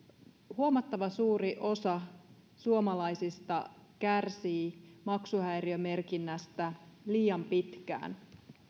huomattavan suuri osa suomalaisista kärsii maksuhäiriömerkinnästä liian pitkään